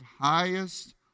highest